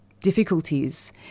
difficulties